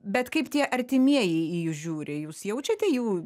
bet kaip tie artimieji į jus žiūri jūs jaučiate jų